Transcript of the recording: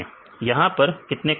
यहां पर कितने कॉलम्स हैं